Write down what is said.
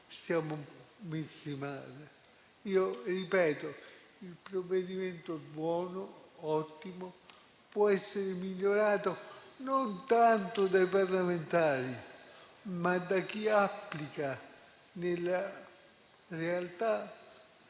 siamo messi male. Il provvedimento è buono, ottimo, può essere migliorato non tanto dai parlamentari, ma da chi applica nella realtà